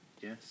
yes